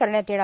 करण्यात येणार